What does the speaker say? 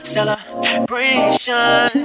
celebration